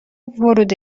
ورود